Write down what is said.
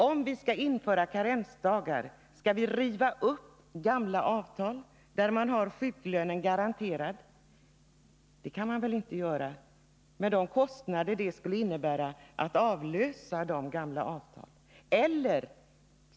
Om vi skall införa karensdagar, skall vi då riva upp gamla avtal där sjuklönen är garanterad? Det kan man väl inte göra, med de kostnader det skulle innebära att avlösa de gamla avtalen.